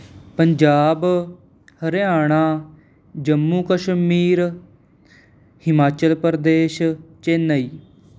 Punjab Haryana Jammu Kashmir Himachal Pradesh Chennai